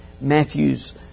Matthew's